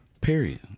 Period